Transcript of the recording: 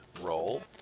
roll